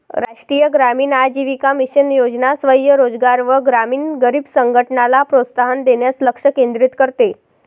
राष्ट्रीय ग्रामीण आजीविका मिशन योजना स्वयं रोजगार व ग्रामीण गरीब संघटनला प्रोत्साहन देण्यास लक्ष केंद्रित करते